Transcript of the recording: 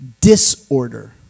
disorder